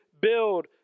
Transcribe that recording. build